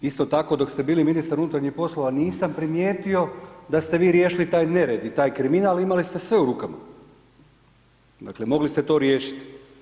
Isto tako, dok ste bili ministar unutarnjih poslova nisam primijetio da ste vi riješili taj nered i taj kriminal, imali ste sve u rukama, dakle, mogli ste to riješiti.